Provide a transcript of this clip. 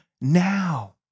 now